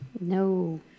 No